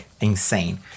insane